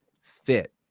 fit